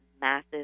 massive